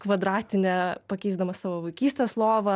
kvadratine pakeisdamas savo vaikystės lovą